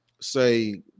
say